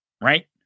right